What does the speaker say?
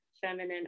feminine